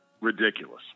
ridiculous